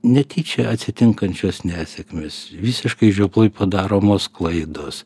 netyčia atsitinkančios nesėkmės visiškai žioplai padaromos klaidos